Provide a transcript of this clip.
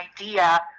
idea